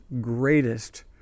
greatest